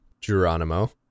Geronimo